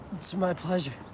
it's my pleasure.